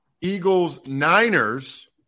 Eagles-Niners